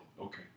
Okay